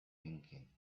thinking